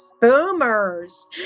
Boomers